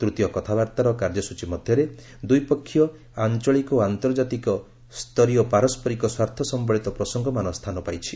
ତୃତୀୟ କଥାବାର୍ତ୍ତାର କାର୍ଯ୍ୟସୂଚୀ ମଧ୍ୟରେ ଦ୍ୱିପକ୍ଷୀୟ ଆଞ୍ଚଳିକ ଓ ଆନ୍ତର୍ଜାତିକ ସ୍ତରୀୟ ପାରସ୍କରିକ ସ୍ୱାର୍ଥସମ୍ଭଳିତ ପ୍ରସଙ୍ଗମାନ ସ୍ଥାନ ପାଇଛି